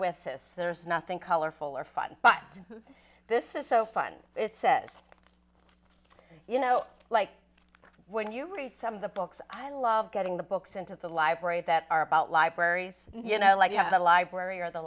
with this there's nothing colorful or fun but this is so fun it says you know like when you read some of the books i love getting the books into the library that are about libraries you know like you have the library or the